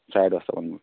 চাৰে দহটামানত